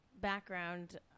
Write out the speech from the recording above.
background